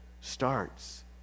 starts